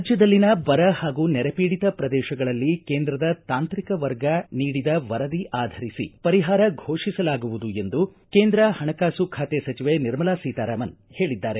ರಾಜ್ಯದಲ್ಲಿನ ಬರ ಹಾಗೂ ನೆರೆ ಪೀಡಿತ ಪ್ರದೇಶಗಳಲ್ಲಿ ಕೇಂದ್ರದ ತಾಂತ್ರಿಕ ವರ್ಗ ನೀಡಿರುವ ವರದಿ ಆಧರಿಸಿ ಮೇಲೆ ಪರಿಹಾರ ಫೋಷಿಸಲಾಗುವುದು ಎಂದು ಕೇಂದ್ರ ಹಣಕಾಸು ಖಾತೆ ಸಚಿವೆ ನಿರ್ಮಲಾ ಸೀತಾರಾಮನ್ ಹೇಳಿದ್ದಾರೆ